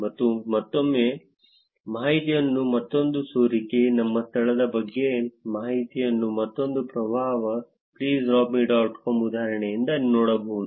ಮತ್ತು ಮತ್ತೊಮ್ಮೆ ಮಾಹಿತಿಯ ಮತ್ತೊಂದು ಸೋರಿಕೆ ನಿಮ್ಮ ಸ್ಥಳದ ಬಗ್ಗೆ ಮಾಹಿತಿಯ ಮತ್ತೊಂದು ಪ್ರಭಾವವನ್ನು please rob me dot com ಉದಾಹರಣೆಯಿಂದ ನೋಡಬಹುದು